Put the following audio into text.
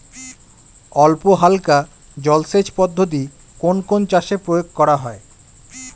অল্পহালকা জলসেচ পদ্ধতি কোন কোন চাষে প্রয়োগ করা হয়?